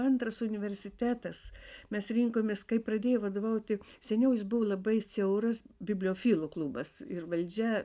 antras universitetas mes rinkomės kai pradėjo vadovauti seniau jis buvo labai siauras bibliofilų klubas ir valdžia